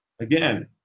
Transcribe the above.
again